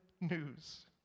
news